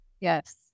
yes